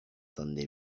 donde